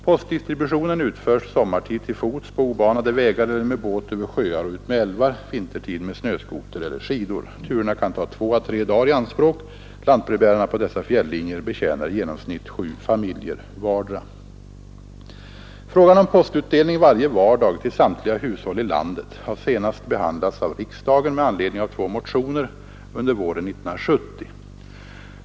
Postdistributionen utförs sommartid till fots på obanade vägar eller med båt över sjöar och utmed älvar, vintertid med snöskoter eller skidor. Turerna kan ta två å tre dagar i anspråk. Lantbrevbärarna på dessa fjällinjer betjänar i genomsnitt sju familjer vardera. Frågan om postutdelning varje vardag till samtliga hushåll i landet har senast behandlats av riksdagen med anledning av två motioner under våren 1970.